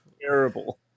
terrible